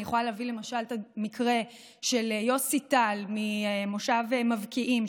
אני יכולה להביא למשל את המקרה של יוסי טל ממושב מבקיעים,